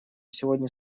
сегодня